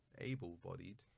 able-bodied